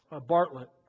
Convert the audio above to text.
Bartlett